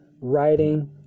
writing